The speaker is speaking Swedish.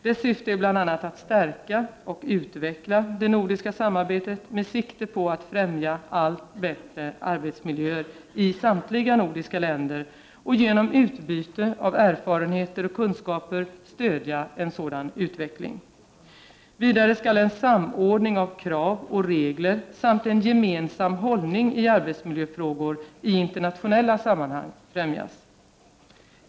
Dess syfte är bl.a. att stärka och utveckla det nordiska samarbetet med sikte på att främja allt bättre arbetsmiljöer i samtliga nordiska länder och genom utbyte av erfarenheter och kunskaper stödja en sådan utveckling. Vidare skall en samordning av krav och regler samt en gemensam hållning i arbetsmiljöfrågor i internationella sammanhang främjas.